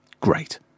Great